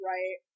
Right